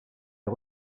est